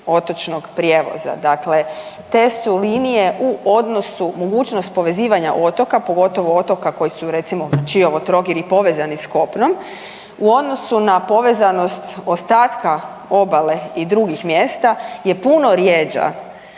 otočnog prijevoza. Dakle, te su linije u odnosu, mogućnost povezivanja otoka pogotovo otoka koji su recimo Čiovo – Trogir i povezani sa kopnom u odnosu na povezanost ostatka obale i drugih mjesta je puno rjeđa.